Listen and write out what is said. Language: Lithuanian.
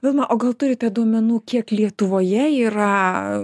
vilma o gal turite duomenų kiek lietuvoje yra